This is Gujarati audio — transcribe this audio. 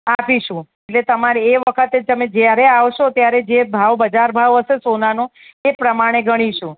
આપીશું ને તમારે એ વખતે તમે જ્યારે આવશો ત્યારે જે ભાવ બજાર ભાવ હશે સોનાનો એ પ્રમાણે ગણીશું